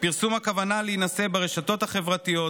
בפרסום הכוונה להינשא ברשתות החברתיות,